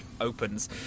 opens